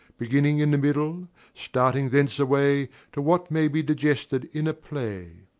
beginning in the middle starting thence away, to what may be digested in a play.